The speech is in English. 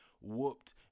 whooped